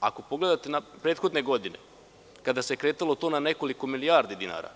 Ako pogledate prethodne godine, kada se kretalo to na nekoliko milijardi dinara,